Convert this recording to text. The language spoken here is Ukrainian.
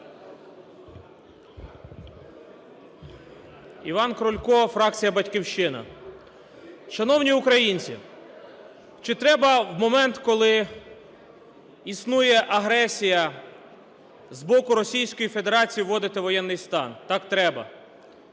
Іван Крулько, фракція "Батьківщина". Шановні українці, чи треба в момент, коли існує агресія з боку Російської Федерації, вводити воєнний стан? Так, треба.